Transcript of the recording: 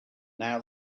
now